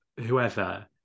Whoever